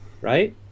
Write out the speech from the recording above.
right